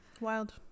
wild